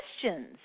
questions